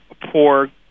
poor